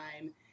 time